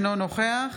אינו נוכח